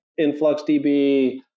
InfluxDB